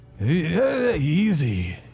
Easy